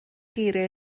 geiriau